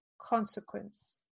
consequence